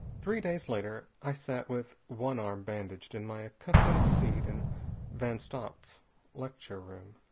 three days later i sat with one arm bandaged in my accustomed seat in van stopp's lecture room.